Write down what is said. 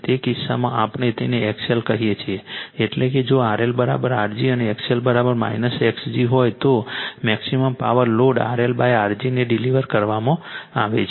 તે કિસ્સામાં આપણે તેને XL કહીએ છીએ એટલે કે જો RL Rg અને XL X g હોય તો maximum power load RL Rg ને ડિલિવર કરવામાં આવે છે